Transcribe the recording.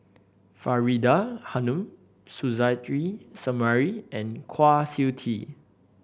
Faridah Hanum Suzairhe Sumari and Kwa Siew Tee